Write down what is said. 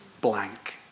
blank